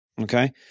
Okay